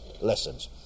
lessons